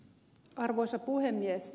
arvoisa puhemies